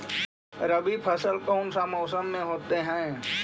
रवि फसल कौन सा मौसम में होते हैं?